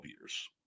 years